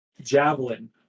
javelin